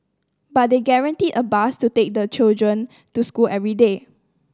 but they guaranteed a bus to take the children to school every day